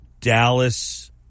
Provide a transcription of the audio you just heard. Dallas